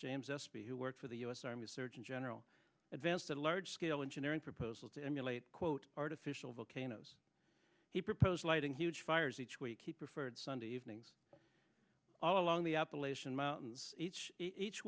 james espy who work for the u s army surgeon general advanced a large scale engineering proposal to emulate quote artificial volcanoes he proposed lighting huge fires each week he preferred sunday evenings all along the appalachian mountains each each